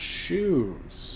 shoes